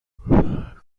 کاگب